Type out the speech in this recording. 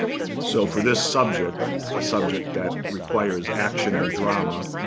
so for this subject, a subject that requires action and drama,